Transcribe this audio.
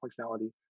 functionality